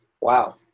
Wow